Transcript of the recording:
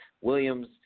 Williams